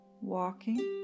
walking